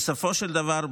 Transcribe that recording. בסופו של דבר,